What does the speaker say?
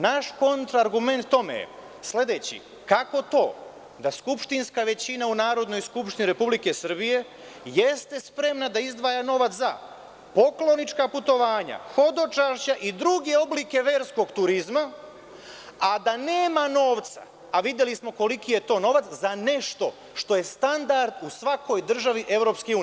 Naš kontraargument tome je sledeći: kako to da skupštinska većina u Narodnoj skupštini Republike Srbije jeste spremna da izdvaja novac za poklonička putovanja, hodočašća i druge oblike verskog turizma, a da nema novca, videli smo koliki je to novac, za nešto što je standard u svakoj državi EU?